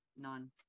none